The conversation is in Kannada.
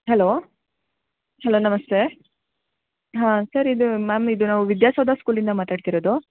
ಹಲೋ ಹಲೋ ನಮಸ್ತೆ ಹಾಂ ಸರ್ ಇದು ಮ್ಯಾಮ್ ಇದು ನಾವು ವಿದ್ಯಾಸೌಧ ಸ್ಕೂಲಿಂದ ಮಾತಾಡ್ತಿರೋದು